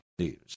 news